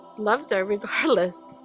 loved her regardless